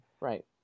Right